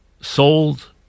sold